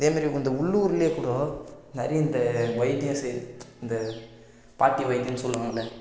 இதே மாரி இந்த உள்ளூர்லேக் கூட நிறைய இந்த வைத்தியம் செய் இந்த பாட்டி வைத்தியோம்னு சொல்லுவாங்கள்லை